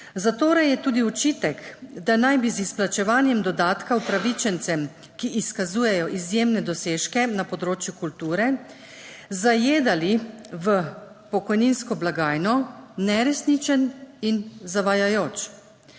Zatorej je tudi očitek, da naj bi z izplačevanjem dodatka upravičencem, ki izkazujejo izjemne dosežke na področju kulture, zajedali v pokojninsko blagajno, neresničen in zavajajoč,